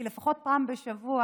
כי לפחות פעם בשבוע